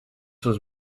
was